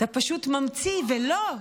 אתה פשוט ממציא, ולא,